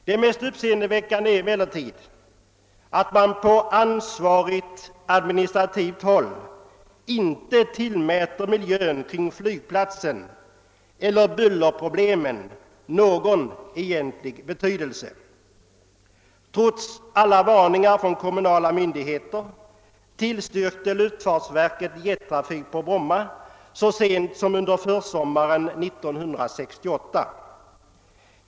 Det mest uppseendeväckande är emellertid att man på ansvarigt håll inte tillmäter miljön kring flygplatsen eller bullerproblemen någon egentlig betydelse. Trots alla varningar från kommunala myndigheter tillstyrkte luftfartsverket jettrafik på Bromma så sent som under försommaren 1968.